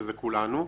שזה כולנו.